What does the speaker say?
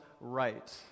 right